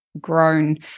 grown